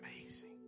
Amazing